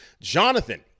jonathan